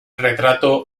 retrato